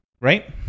right